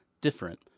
different